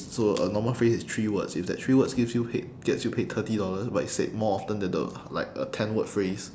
so a normal phrase is three words if that three words gives you pai~ gets you paid thirty dollars but it's said more often than the like a ten word phrase